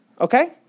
okay